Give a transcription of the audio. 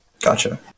Gotcha